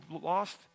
lost